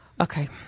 Okay